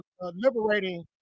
liberating